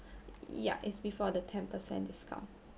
yeah is before the ten percent discount